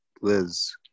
Liz